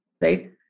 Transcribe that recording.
right